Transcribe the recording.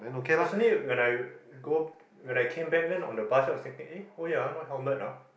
it was only when I go when I came back then on the bus then I was thinking ah oh ya no helmet lah